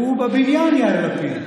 הוא בבניין, יאיר לפיד.